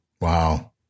Wow